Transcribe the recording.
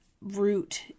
root